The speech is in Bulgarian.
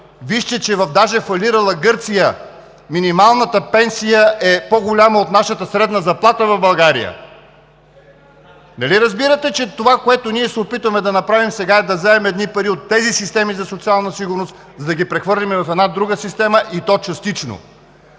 Вижте, че даже във фалирала Гърция минималната пенсия е по-голяма от нашата средна заплата в България. (Реплики.) Нали разбирате, че това, което ние се опитваме да направим сега, е да вземем едни пари от тези системи за социална сигурност, за да ги прехвърлим в една друга система, и то частично?